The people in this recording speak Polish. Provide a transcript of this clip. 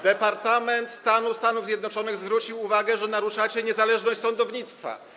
Departament Stanu Stanów Zjednoczonych zwrócił uwagę, że naruszacie niezależność sądownictwa.